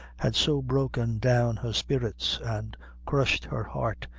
had so broken down her spirits and crushed her heart,